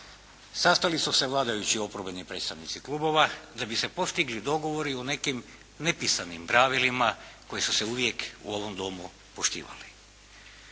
sastali su se vladajući i oporbeni predstavnici klubova da bi se postigli dogovori o nekim nepisanim pravilima koji su se uvijek u ovom Domu poštivali.